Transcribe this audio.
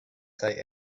say